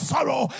Sorrow